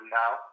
now